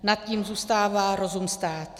Nad tím zůstává rozum stát.